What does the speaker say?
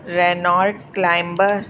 Renault climber